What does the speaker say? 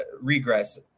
regress